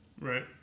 Right